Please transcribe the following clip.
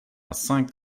cinq